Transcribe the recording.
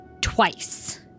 twice